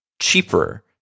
cheaper